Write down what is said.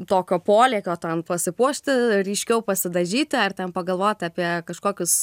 tokio polėkio tam pasipuošti ryškiau pasidažyti ar ten pagalvot apie kažkokius